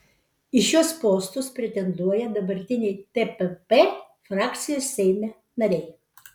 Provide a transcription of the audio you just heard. į šiuos postus pretenduoja dabartiniai tpp frakcijos seime nariai